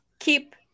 Keep